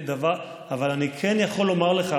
אבל אני כן יכול לומר לך,